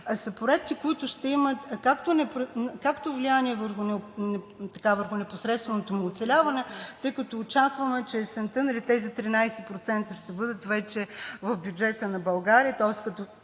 са проекти, които ще имат влияние върху непосредственото му оцеляване, тъй като очакваме, че есента тези 13% ще бъдат вече в бюджета на България. Тоест като